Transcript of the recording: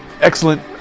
Excellent